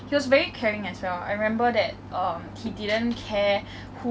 I actually fo~ found out that he was quite a caring person